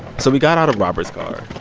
so we got out of robert's car,